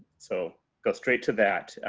so go straight to that.